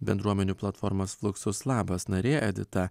bendruomenių platformos fluxus labas nariai edita